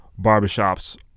barbershops